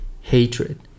hatred